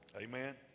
Amen